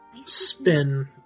spin